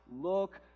look